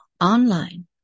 online